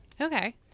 Okay